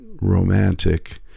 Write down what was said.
romantic